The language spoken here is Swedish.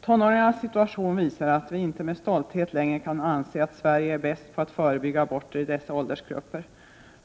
Tonåringarnas situation visar att vi inte längre med stolthet kan anse att Sverige är bäst på att förebygga aborter i dessa åldersgrupper.